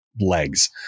legs